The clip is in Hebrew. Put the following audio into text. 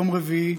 יום רביעי,